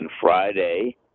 Friday